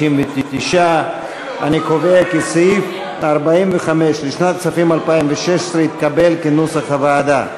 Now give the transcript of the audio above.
59. אני קובע כי סעיף 45 לשנת הכספים 2016 התקבל כנוסח הוועדה.